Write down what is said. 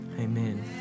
Amen